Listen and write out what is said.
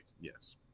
Yes